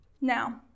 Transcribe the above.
Now